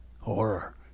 Horror